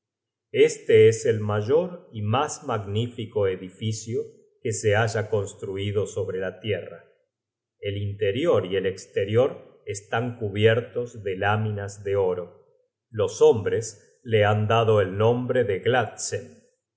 este es el mayor y mas magnífico edificio que se haya construido sobre la tierra el interior y el esterior están cubiertos de láminas de oro los hombres le han dado el nombre de